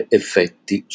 effetti